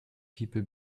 people